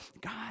God